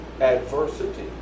adversity